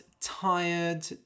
tired